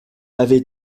avait